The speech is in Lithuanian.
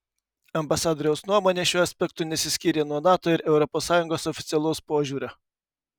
ambasadoriaus nuomonė šiuo aspektu nesiskyrė nuo nato ir europos sąjungos oficialaus požiūrio